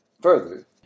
Further